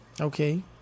Okay